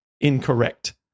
incorrect